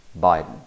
Biden